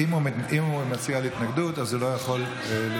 אם הוא מציע התנגדות, אז הוא לא יכול לתמוך.